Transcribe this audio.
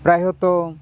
ପ୍ରାୟତଃ